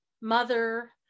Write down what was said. mother